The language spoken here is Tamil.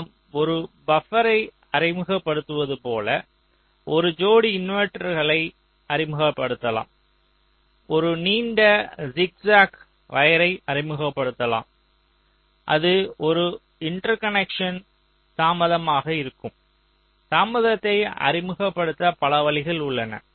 நாம் ஒரு பபரை அறிமுகப்படுத்துவது போல ஒரு ஜோடி இன்வெர்ட்டர்களை அறிமுகப்படுத்தலாம் ஒரு நீண்ட ஜிக்ஜாக் வயர்யை அறிமுகப்படுத்தலாம் அது ஒரு இன்டர்கனெக்ஷன் தாமதமாக இருக்கும் தாமதத்தை அறிமுகப்படுத்த பல வழிகள் உள்ளன